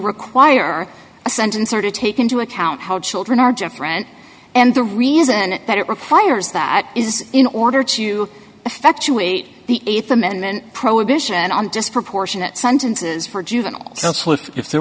require a sentence or to take into account how children are different and the reason that it requires that is in order to effectuate the th amendment prohibition on disproportionate sentences for juveniles if there